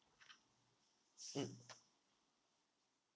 mm